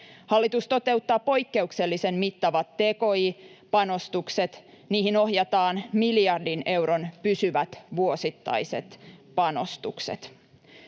Hallitus toteuttaa poikkeuksellisen mittavat tki-panostukset, niihin ohjataan miljardin euron pysyvät vuosittaiset panostukset.